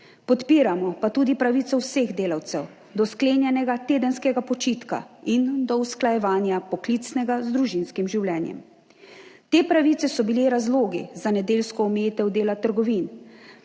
Podpiramo pa tudi pravico vseh delavcev do sklenjenega tedenskega počitka in do usklajevanja poklicnega z družinskim življenjem. Te pravice so bili razlogi za nedeljsko omejitev dela trgovin.